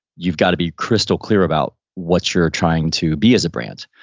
you've got to be crystal clear about what you're trying to be as a brand,